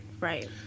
Right